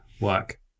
work